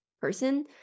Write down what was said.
person